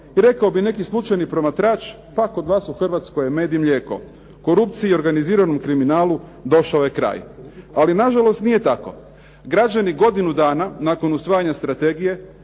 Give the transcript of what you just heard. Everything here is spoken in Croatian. I rekao bi neki slučajni promatrač pa kod vas u Hrvatskoj je med i mlijeko. Korupciji i organiziranom kriminalu došao je kraj. Ali nažalost nije tako. Građani godinu dana nakon usvajanja strategije,